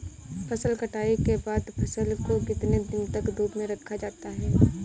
फसल कटाई के बाद फ़सल को कितने दिन तक धूप में रखा जाता है?